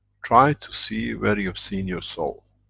try to see where you've seen your soul.